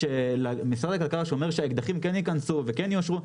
משרד הכלכלה אומר שהאקדחים כן ייכנסו וכן יאושרו,